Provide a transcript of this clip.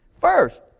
First